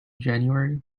january